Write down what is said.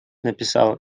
написал